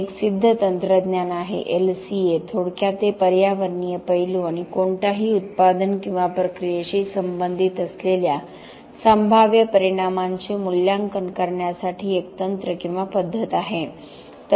हे एक सिद्ध तंत्रज्ञान आहे LCA थोडक्यात ते पर्यावरणीय पैलू आणि कोणत्याही उत्पादन किंवा प्रक्रियेशी संबंधित असलेल्या संभाव्य परिणामांचे मूल्यांकन करण्यासाठी एक तंत्र किंवा पद्धत आहे